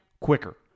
quicker